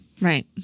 Right